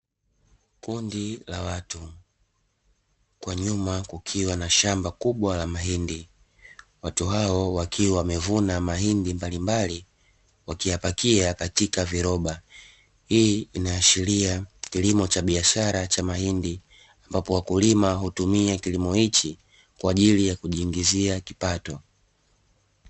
Kundi la watu, kwa nyuma kukiwa na shamba kubwa la mahindi, watu hao wakiwa wamevuna mahindi mbalimbali, wakiyapakia katika viroba. Hii inaashiria kilimo cha biashara cha mahindi, ambapo wakulima hutumia kilimo hichi kwa ajili ya kujiingizia kipato.